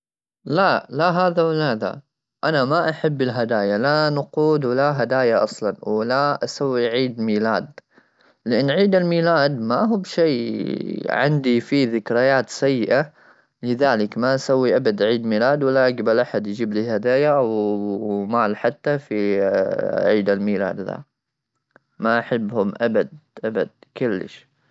لا لا هذا ولا هذا انا ما احب الهدايا لا نقود ولا هدايا اصلا ولا اسوي عيد ميلاد ,لان عيد الميلاد ما هو بشيء عندي في ذكريات سيئه, لذلك ما نسوي ابد عيد ميلاد, ولا يقبل احد يجيب لي هدايا ومال حتى في عيد الميلاد ما احبهم ابد ابد كلش.